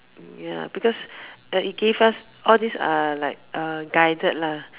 ya because it gave us all this are like uh guided lah